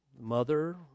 Mother